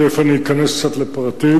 תיכף אני אכנס קצת לפרטים.